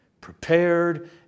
prepared